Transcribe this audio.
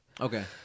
okay